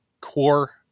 core